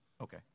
Okay